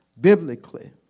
biblically